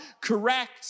correct